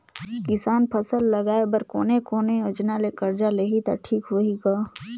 किसान फसल लगाय बर कोने कोने योजना ले कर्जा लिही त ठीक होही ग?